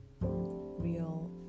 Real